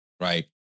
right